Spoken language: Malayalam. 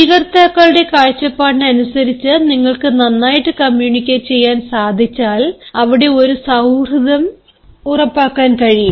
സ്വീകർത്താക്കളുടെ കാഴ്ചപാടിനനുസരിച്ചു നിങ്ങള്ക്ക് നന്നായിട്ടു കമ്മ്യൂണിക്കേറ്റ് ചെയ്യാൻ സാധിച്ചാൽ അവിടെ ഒരു സൌഹൃദം ഉറപ്പാക്കാൻ കഴിയും